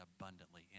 abundantly